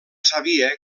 sabia